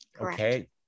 Okay